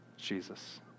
Jesus